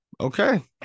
Okay